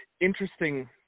interesting